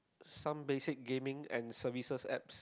some basic gaming and services apps